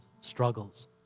struggles